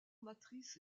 matrice